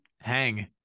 hang